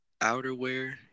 outerwear